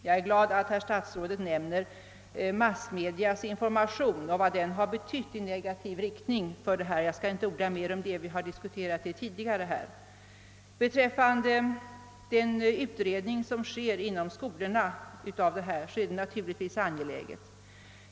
Jag är glad över att herr statsrådet nämner massmedias information och vad denna betytt i negativ riktning. Jag skall inte orda mer om detta, ty vi har diskuterat den frågan tidigare. Den utredning av detta problem som pågår inom skolorna är naturligtvis ytterst angelägen.